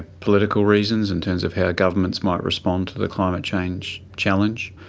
political reasons in terms of how governments might respond to the climate change challenge,